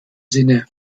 sinne